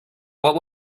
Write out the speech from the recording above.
what